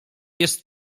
jest